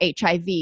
HIV